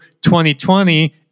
2020